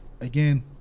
again